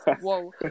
Whoa